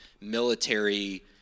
military